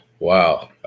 Wow